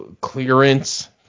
clearance